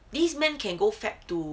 these men can go fap to